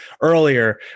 earlier